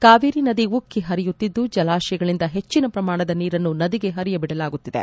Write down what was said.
ಕಾವೇರಿ ನದಿ ಉಕ್ಕಿ ಹರಿಯುತ್ತಿದ್ದು ಜಲಾಶಯಗಳಿಂದ ಹೆಚ್ಚಿನ ಪ್ರಮಾಣದ ನೀರನ್ನು ನದಿಗೆ ಹರಿಯಬಿಡಲಾಗುತ್ತಿದೆ